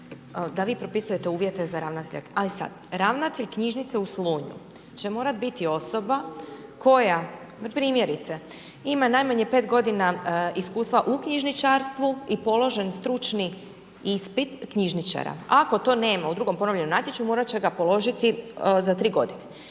da vi propisujete uvjete za ravnatelja, ali sad, ravnatelj knjižnice u Slunju će morati biti osoba koja, primjerice, ima najmanje 5 godina iskustva u knjižničarstvu i položen stručni ispit knjižničara. Ako to nema, u drugom ponovljenom natječaju morat će ga položiti za 3 godine.